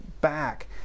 back